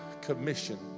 commission